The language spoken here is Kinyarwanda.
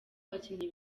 bakinnyi